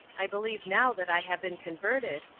i believe now that i have been converted,